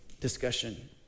discussion